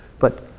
but,